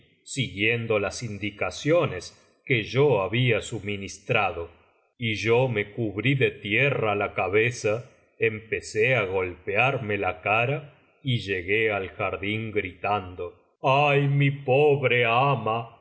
siguiendo las indicaciones que yo había suministrado y yo me cubrí de tierra la cabeza empecé á golpearme la cara y llegué al jardín gritando ay mi pobre ama ay